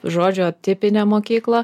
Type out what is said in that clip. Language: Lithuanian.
žodžio tipinė mokykla